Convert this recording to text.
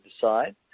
decide